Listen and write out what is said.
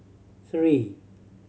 three